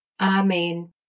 Amen